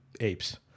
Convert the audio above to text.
apes